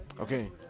Okay